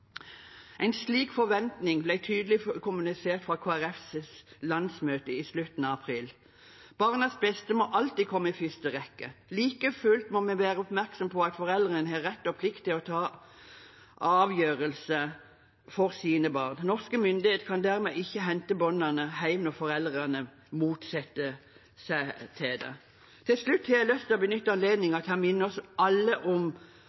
En slik forventning ble tydelig kommunisert fra Kristelig Folkepartis landsmøte i slutten av april. Barnas beste må alltid komme i første rekke. Like fullt må vi være oppmerksom på at foreldrene har rett og plikt til å ta avgjørelser for sine barn. Norske myndigheter kan dermed ikke hente barn hjem når foreldrene motsetter seg dette. Til slutt har jeg lyst til å benytte anledningen til å minne oss alle om